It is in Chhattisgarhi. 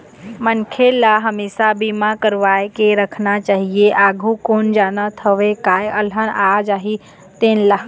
मनखे ल हमेसा बीमा करवा के राखना चाही, आघु कोन जानत हवय काय अलहन आ जाही तेन ला